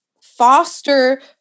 foster